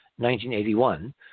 1981